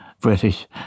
British